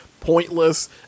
pointless